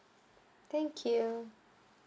thank you